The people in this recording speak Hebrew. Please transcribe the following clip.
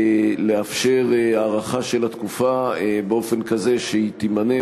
לאפשר הארכה של התקופה באופן כזה שהיא תימנה